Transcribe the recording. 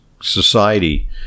society